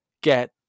get